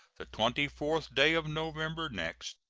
the twenty fourth day of november next,